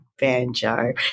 Banjo